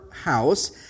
house